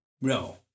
no